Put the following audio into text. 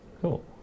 Cool